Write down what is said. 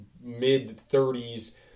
mid-30s